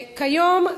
כיום,